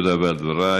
תודה רבה על דברייך.